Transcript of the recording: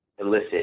elicit